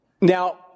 Now